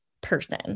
person